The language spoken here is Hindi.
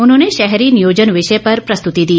उन्होंने शहरी नियोजन विषय पर प्रस्तुति दी